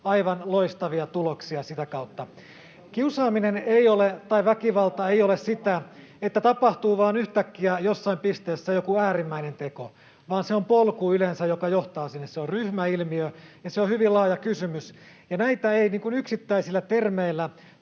Aivan loistavia tuloksia sitä kautta. Väkivalta ei ole sitä, että tapahtuu vain yhtäkkiä jossain pisteessä joku äärimmäinen teko, vaan se on yleensä polku, joka johtaa sinne. Se on ryhmäilmiö, ja se on hyvin laaja kysymys. Näitä ei yksittäisillä termeillä